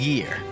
Year